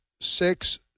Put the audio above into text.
six